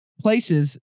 places